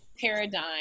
paradigm